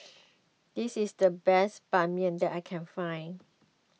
this is the best Ban Mian that I can find